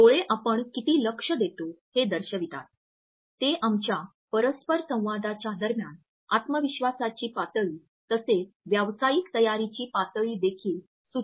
डोळे आपण किती लक्ष देतो हे दर्शवितात ते आमच्या परस्परसंवादाच्या दरम्यान आत्मविश्वासाची पातळी तसेच व्यावसायिक तयारीची पातळी देखील सूचित करतात